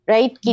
Right